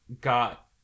got